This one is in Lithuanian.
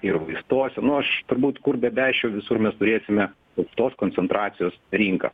ir vaistuose nu aš turbūt kur bebesčiau visur mes turėsime aukštos koncentracijos rinką